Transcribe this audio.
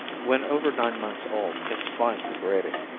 when over nine months old, it's fine for grating.